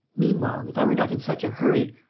meanwhile, if i were not in such a hurry,